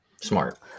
smart